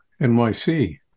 NYC